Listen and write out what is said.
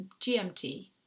GMT